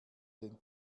den